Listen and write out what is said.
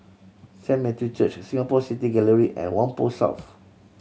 Saint Matthew Church Singapore City Gallery and Whampoa South